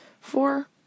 Four